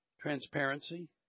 transparency